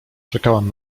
czekałam